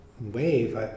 wave